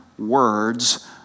Words